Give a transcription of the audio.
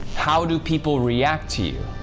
how do people react to you?